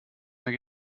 mehr